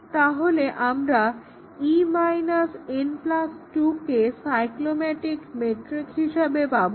তাহলে আমরা e n 2 কে সাইমেটিক মেট্রিক হিসেবে পাবো